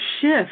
shift